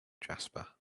jasper